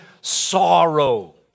sorrow